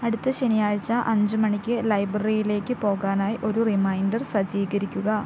അടുത്ത ശനിയാഴ്ച അഞ്ച് മണിക്ക് ലൈബ്രറിയിലേക്ക് പോകാനായി ഒരു റിമൈൻഡർ സജ്ജീകരിക്കുക